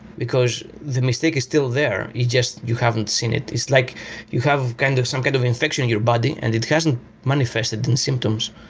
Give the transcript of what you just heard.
because the mistake is still there, you just you haven't seen it. it's like you have kind of some kind of infection in your body and it hasn't manifested the and symptoms.